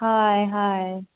hi hi